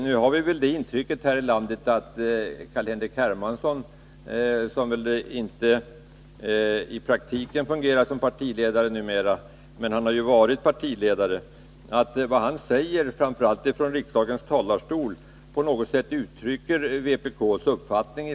Nu har vi väl det intrycket att det som sägs i skilda frågor av Carl-Henrik Hermansson — han fungerar väl i praktiken inte som partiledare numera men han har ju varit det — uttrycker vpk:s uppfattning.